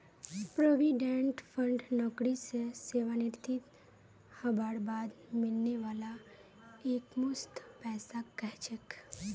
provident fund नौकरी स सेवानृवित हबार बाद मिलने वाला एकमुश्त पैसाक कह छेक